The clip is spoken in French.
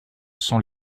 sont